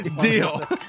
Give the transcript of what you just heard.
Deal